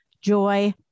joy